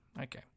okay